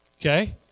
okay